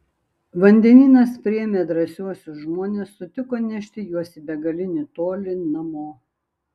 vandenynas priėmė drąsiuosius žmones sutiko nešti juos į begalinį tolį namo